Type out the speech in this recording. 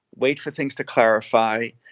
wait for things to clarify.